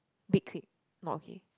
big clique not okay